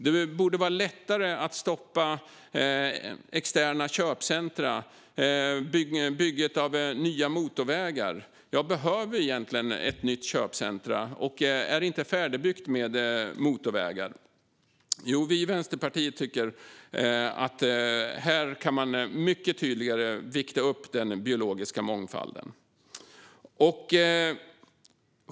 Det borde vara lättare att stoppa byggandet av externa köpcentrum och nya motorvägar. Behöver vi verkligen ett nytt köpcentrum, och är det inte färdigbyggt med motorvägar? Jo, vi i Vänsterpartiet tycker att här kan man mycket tydligare vikta upp den biologiska mångfalden.